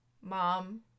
mom